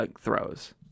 throws